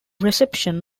reception